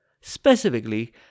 specifically